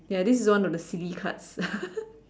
ya this is one of the silly cards